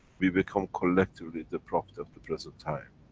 we become collectively the prophet of the present time.